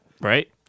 Right